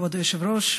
כבוד היושב-ראש,